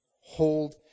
hold